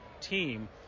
team